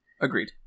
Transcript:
agreed